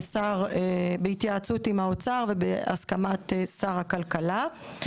בהתייעצות עם האוצר ובהסכמת שר הכלכלה.